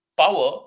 power